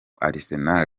arsenal